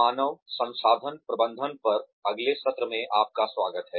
मानव संसाधन प्रबंधन पर अगले सत्र में आपका स्वागत है